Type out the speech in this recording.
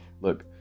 look